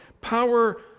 power